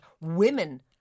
women